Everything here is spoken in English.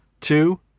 two